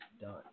done